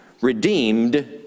redeemed